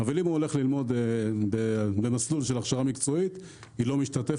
אבל אם הוא הולך ללמוד במסלול של הכשרה מקצועית היא לא משתתפת,